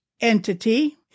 entity